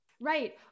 right